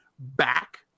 back